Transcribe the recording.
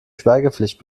schweigepflicht